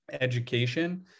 education